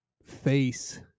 face